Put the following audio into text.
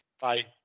bye